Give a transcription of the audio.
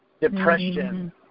Depression